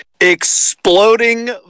Exploding